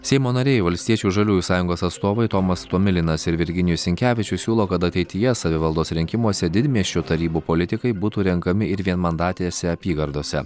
seimo nariai valstiečių žaliųjų sąjungos atstovai tomas tomilinas ir virginijus sinkevičius siūlo kad ateityje savivaldos rinkimuose didmiesčių tarybų politikai būtų renkami ir vienmandatėse apygardose